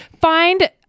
find